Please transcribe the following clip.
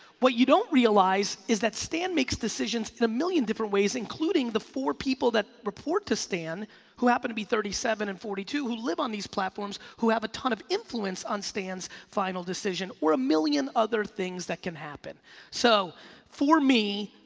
what you don't realize is that stan makes decisions in a million different ways including the four people that report to stan who happen to be thirty seven and forty two who live on these platforms who have a ton of influence on stan's final decision or a million other things that can happen so for me,